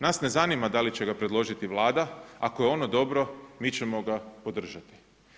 Nas ne zanima da li će ga predložiti Vlada ako je ono dobro, mi ćemo ga podržati.